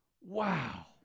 wow